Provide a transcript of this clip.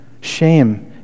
Shame